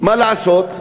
מה לעשות,